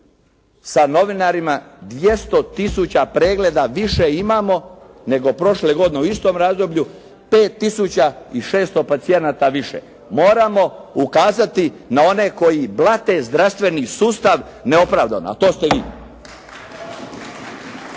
sa novinarima. 200000 pregleda više imamo nego prošle godine u istom razdoblju, 5600 pacijenata više. Moramo ukazati na one koji blate zdravstveni sustav neopravdano, a to ste vi.